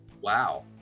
Wow